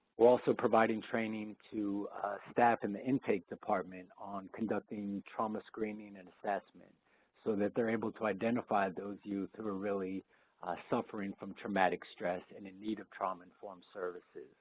we're also providing training to staff in the intake department on conducting trauma screening and assessment so that they're able to identify those youth who are really suffering from traumatic stress and in need of trauma-informed services